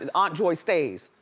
and aunt joy stays.